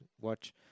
watch